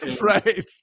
Right